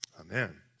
Amen